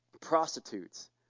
prostitutes